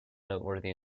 noteworthy